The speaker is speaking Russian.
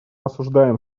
осуждаем